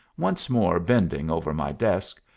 once more bending over my desk,